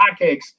hotcakes